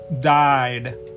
died